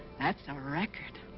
that's a record.